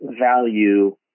value